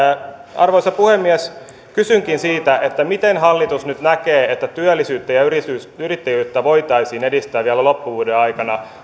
arvoisa puhemies kysynkin miten hallitus nyt näkee että työllisyyttä ja yrittäjyyttä voitaisiin edistää vielä loppuvuoden aikana